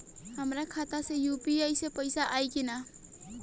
हमारा खाता मे यू.पी.आई से पईसा आई कि ना?